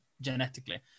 genetically